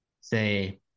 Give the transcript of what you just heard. say